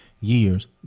years